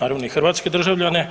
naravno i hrvatske državljane.